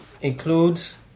includes